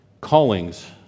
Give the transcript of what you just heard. callings